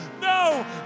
No